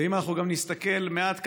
ואם נסתכל גם מעט קדימה,